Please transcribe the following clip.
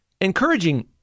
encouraging